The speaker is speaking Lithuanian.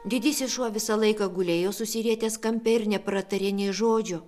didysis šuo visą laiką gulėjo susirietęs kampe ir nepratarė nė žodžio